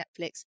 Netflix